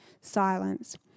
silence